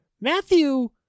Matthew